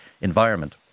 environment